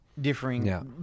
differing